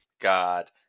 god